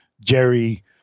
Jerry